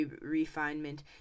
refinement